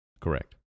Correct